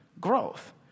growth